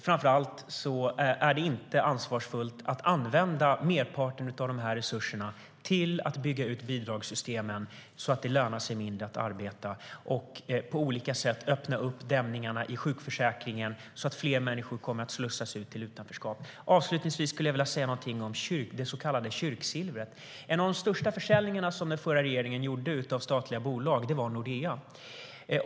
Framför allt är det inte ansvarsfullt att använda merparten av resurserna till att bygga ut bidragssystemen, så att det lönar sig mindre att arbeta, och till att på olika sätt öppna upp dämningarna i sjukförsäkringen så att fler människor kommer att slussas ut i utanförskap. Avslutningsvis skulle jag vilja säga någonting om det så kallade kyrksilvret. En av de största försäljningarna av statliga bolag som den förra regeringen gjorde var försäljningen av Nordea.